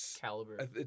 caliber